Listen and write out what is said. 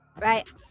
Right